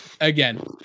again